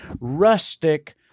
rustic